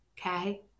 Okay